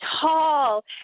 tall